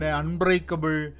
unbreakable